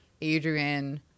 Adrian